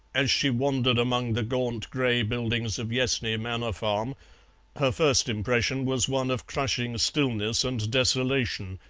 as she wandered among the gaunt grey buildings of yessney manor farm her first impression was one of crushing stillness and desolation,